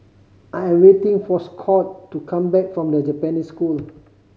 I am waiting for Scott to come back from The Japanese School